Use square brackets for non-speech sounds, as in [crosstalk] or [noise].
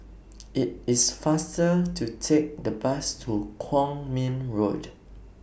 [noise] IT IS faster to Take The Bus to Kwong Min Road